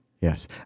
Yes